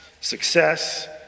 success